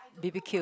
B_B_Q